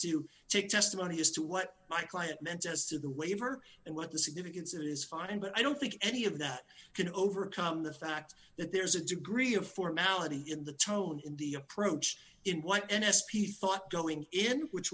to take testimony as to what my client meant as to the waiver and what the significance of that is fine but i don't think any of that can overcome the fact that there's a degree of formality in the tone in the approach in what n s p thought going in which